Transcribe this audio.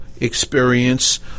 experience